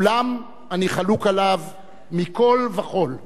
אולם אני חלוק עליו מכול וכול.